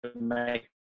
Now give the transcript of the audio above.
make